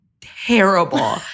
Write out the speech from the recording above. terrible